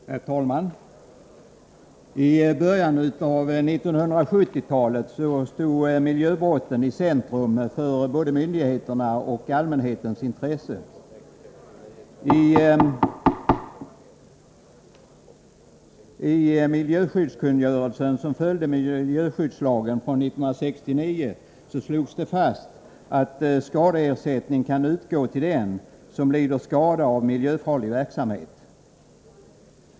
Herr talman! I början av 1970-talet var miljöbrotten i centrum för både myndigheternas och allmänhetens intresse. I miljöskyddskungörelsen, som följde miljöskyddslagen från 1969, slogs fast att skadeersättning kan utgå till den som lider skada av miljöfarlig verksamhet.